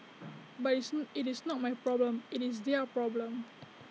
but it's IT is not my problem IT is their problem